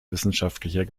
wissenschaftlicher